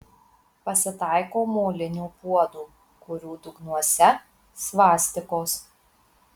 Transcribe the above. pasitaiko molinių puodų kurių dugnuose svastikos